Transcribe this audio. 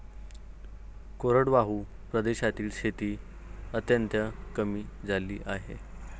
कोरडवाहू प्रदेशातील शेती अत्यंत कमी झाली आहे